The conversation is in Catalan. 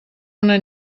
una